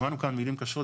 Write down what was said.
שמענו כאן מילים קשות,